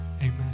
Amen